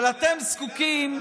אבל אתם זקוקים,